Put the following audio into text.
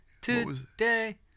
today